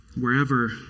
Wherever